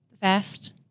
Fast